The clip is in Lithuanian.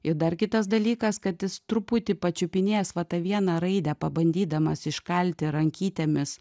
i dar kitas dalykas kad jis truputį pačiupinėjęs va tą vieną raidę pabandydamas iškalti rankytėmis